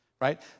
right